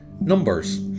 numbers